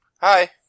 Hi